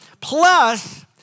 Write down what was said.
Plus